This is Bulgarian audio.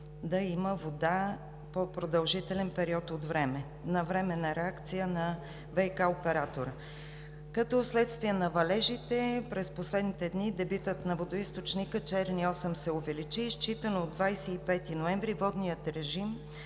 да има вода по-продължителен период от време – навременна реакция на ВиК оператора. Вследствие на валежите през последните дни дебитът на водоизточник „Черни Осъм“ се е увеличил и считано от 25 ноември 2019 г. водният режим